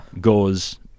goes